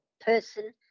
person